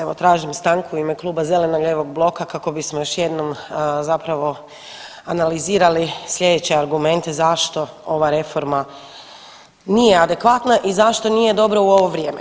Evo tražim stanku u ime Kluba zeleno-lijevog bloka kako bismo još jednom zapravo analizirali sljedeće argumente zašto ova reforma nije adekvatna i zašto nije dobra u ovo vrijeme.